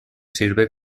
sirve